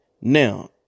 Now